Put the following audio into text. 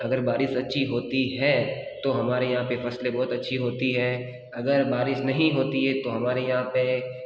अगर बारिश अच्छी होती है तो हमारे यहाँ पे फसलें बहुत अच्छी होती है अगर बारिश नहीं होती है तो हमारे यहाँ पे